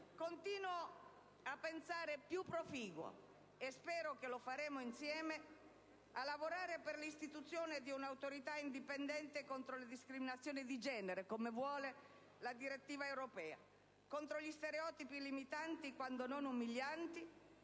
Continuo a pensare in modo più proficuo, e spero che lo faremo insieme, per lavorare per l'istituzione di un'Autorità indipendente contro le discriminazioni di genere, come vuole la direttiva europea, contro gli stereotipi limitanti, quando non umilianti,